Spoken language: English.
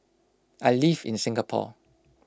I live in Singapore